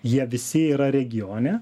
jie visi yra regione